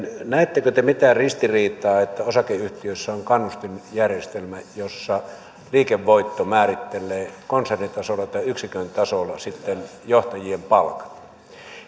näettekö te mitään ristiriitaa että osakeyhtiöissä on kannustinjärjestelmä jossa liikevoitto määrittelee sitten konsernitasolla tai yksikön tasolla johtajien palkat